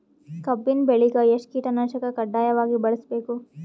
ಕಬ್ಬಿನ್ ಬೆಳಿಗ ಎಷ್ಟ ಕೀಟನಾಶಕ ಕಡ್ಡಾಯವಾಗಿ ಬಳಸಬೇಕು?